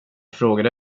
frågade